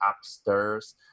upstairs